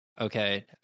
okay